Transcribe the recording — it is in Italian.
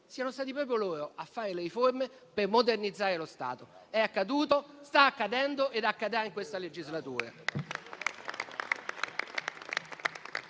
siano stati proprio coloro che hanno fatto le riforme per modernizzare lo Stato. È accaduto, sta accadendo e accadrà in questa legislatura.